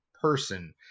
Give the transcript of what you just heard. person